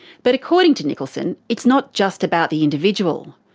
but according to nicholson, it's not just about the individual.